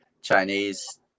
Chinese